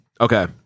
Okay